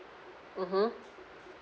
mmhmm